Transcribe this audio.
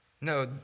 No